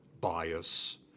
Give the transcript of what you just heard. bias